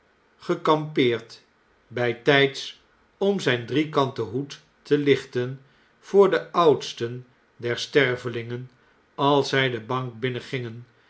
gekampeerd bijtijds om zijn driekanten hoed te lichten voor de oudsten der stervelingen als zjj de